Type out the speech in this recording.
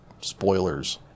spoilers